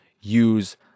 use